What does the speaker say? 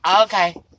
Okay